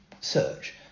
search